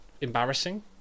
embarrassing